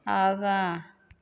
आगाँ